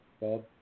Bob